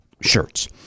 shirts